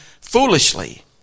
foolishly